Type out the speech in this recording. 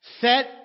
set